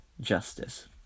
justice